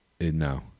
No